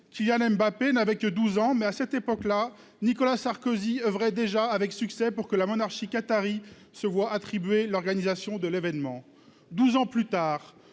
Kylian Mbappé n'avait que 12 ans, mais, à cette époque, Nicolas Sarkozy oeuvrait déjà avec succès pour que la monarchie qatarie se voie attribuer l'organisation de l'événement. Douze ans plus tard,